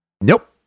Nope